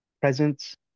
presence